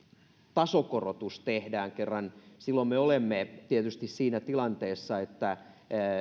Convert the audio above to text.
tasokorotus tehdään kun kerran silloin me olemme tietysti siinä tilanteessa että